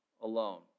alone